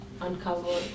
uncover